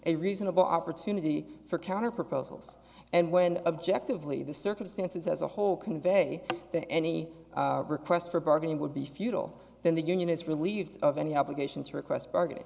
a reasonable opportunity for counterproposals and when objectively the circumstances as a whole convey the any request for bargaining would be futile then the union is relieved of any obligation to request bargain